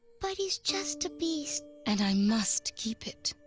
but he's just a beast! and i must keep it.